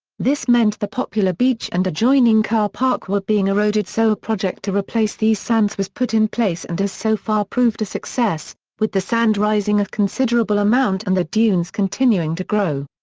this meant the popular beach and adjoining car park were being eroded so a project to replace these sands was put in place and has so far proved a success, with the sand rising a considerable amount and the dunes continuing to grow.